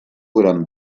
gran